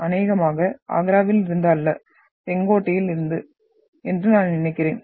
அநேகமாக ஆக்ராவிலிருந்து அல்ல செங்கோட்டையில் இருந்து என்று நான் நினைக்கிறேன்